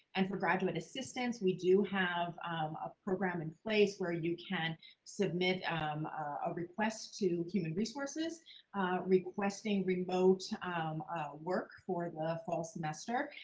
and for graduate assistants we do have a program in place where you can submit um a request to human resources requesting remote um work for the fall semester.